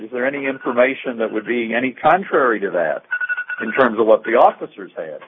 is there any information that would be any contrary to that in terms of what the officers